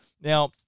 Now